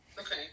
Okay